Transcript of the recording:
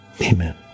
amen